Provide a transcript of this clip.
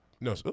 No